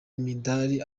imidari